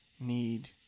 need